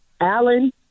Alan